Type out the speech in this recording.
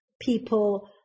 people